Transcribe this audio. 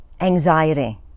anxiety